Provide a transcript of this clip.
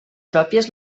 pròpies